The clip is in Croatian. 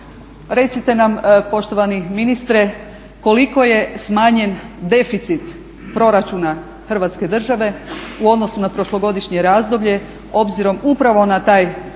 Recite nam poštovani ministre koliko je smanjen deficit proračuna hrvatske države u odnosu na prošlogodišnje razdoblje obzirom upravo na taj